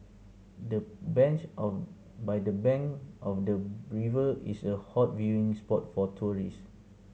the bench of by the bank of the river is a hot viewing spot for tourists